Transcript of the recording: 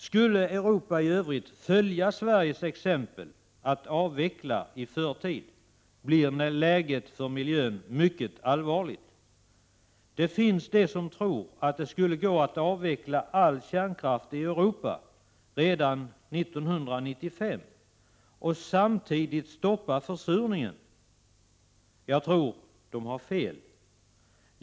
Skulle Europa i övrigt följa Sveriges exempel blir läget för miljön mycket allvarligt. Det finns de som tror att det skulle gå att avveckla all kärnkraft i Europa redan till 1995 och samtidigt stoppa försurningen! Jag tror att de har fel.